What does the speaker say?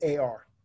AR